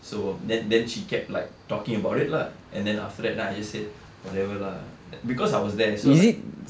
so then then she kept like talking about it lah and then after that then I just said whatever lah because I was there so like